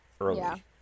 early